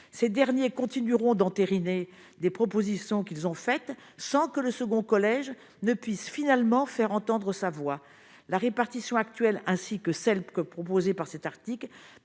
ces derniers continueront d'entériner des propositions qu'ils ont fait, sans que le second collège ne puissent finalement faire entendre sa voix, la répartition actuelle ainsi que celles que proposée par cet article,